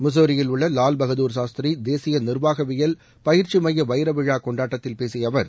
முஸோரியில் உள்ள லால்பகதூர் சாஸ்திரி தேசிய நிர்வாகவியல் பயிற்சி மைய வைரவிழா கொண்டாட்டத்தில் பேசிய அவர்